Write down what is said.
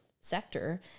sector